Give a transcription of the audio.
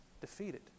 defeated